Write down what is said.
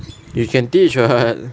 you can teach [what]